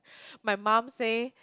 my mom say